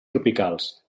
tropicals